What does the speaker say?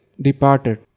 departed